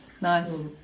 nice